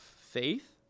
faith